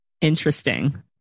Interesting